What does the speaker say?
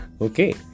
Okay